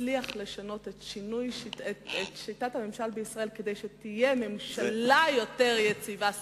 נצליח לשנות את שיטת הממשל בישראל כדי שתהיה ממשלה יותר יציבה סוף-סוף.